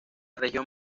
región